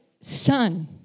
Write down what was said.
son